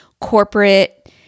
corporate